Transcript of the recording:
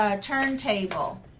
turntable